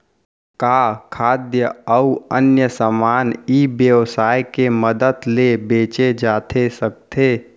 का खाद्य अऊ अन्य समान ई व्यवसाय के मदद ले बेचे जाथे सकथे?